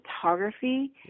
photography